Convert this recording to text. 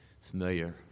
familiar